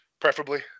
Preferably